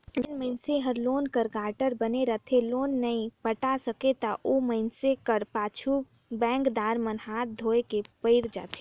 जेन मइनसे हर लोन कर गारंटर बने रहथे लोन नी पटा सकय ता ओ मइनसे कर पाछू बेंकदार मन हांथ धोए के पइर जाथें